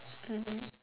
mmhmm